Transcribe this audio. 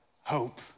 hope